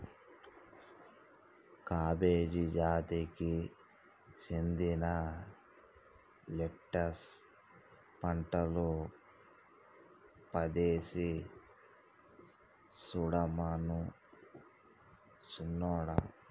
cabbage జాతికి సెందిన lettuce పంటలు పదేసి సుడమను సిన్నోడా